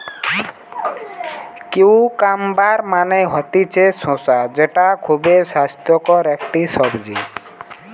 cucumber মানে হতিছে শসা যেটা খুবই স্বাস্থ্যকর একটি সবজি